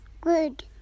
Good